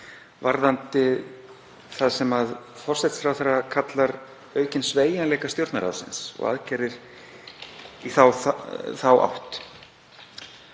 varðandi það sem forsætisráðherra kallar aukinn sveigjanleika Stjórnarráðsins og aðgerðir í þá átt.